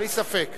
בלי ספק.